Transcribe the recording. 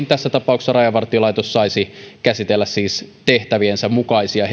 tässä tapauksessa rajavartiolaitos saisi käsitellä siis tehtäviensä mukaisia